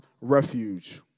refuge